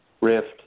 rift